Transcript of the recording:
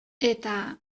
eta